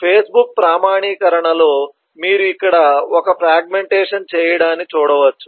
Facebook ప్రామాణీకరణ లో మీరు ఇక్కడ ఒక ఫ్రాగ్మెంటేషన్ చేయడాన్ని చూడవచ్చు